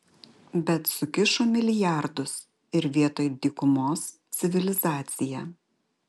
bet sukišo milijardus ir vietoj dykumos civilizacija